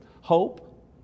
hope